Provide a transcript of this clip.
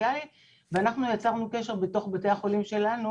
סוציאלית ואנחנו יצרנו קשר בתוך בתי החולים שלנו